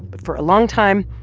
but for a long time,